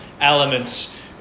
elements